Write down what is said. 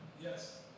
Yes